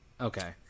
Okay